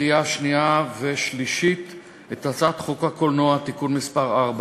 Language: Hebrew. לקריאה שנייה ושלישית את הצעת חוק הקולנוע (תיקון מס' 4),